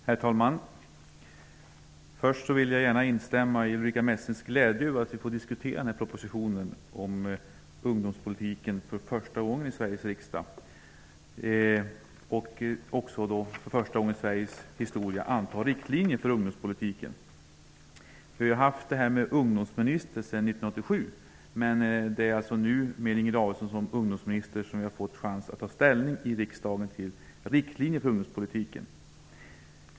Herr talman! Först vill jag instämma i Ulrica Messings glädje över att vi nu för första gången i Sveriges riksdag får diskutera en proposition om ungdomspolitiken och likaså för första gången i Sveriges historia får anta riktlinjer för ungdomspolitiken. Vi har haft en ungdomsminister sedan 1987, men det är först nu, med Inger Davidson som ungdomsminister, som vi har fått chansen att ta ställning i riksdagen till riktlinjer för ungdomspolitiken.